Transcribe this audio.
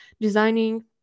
designing